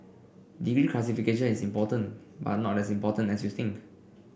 degree classification is important but not as important as you think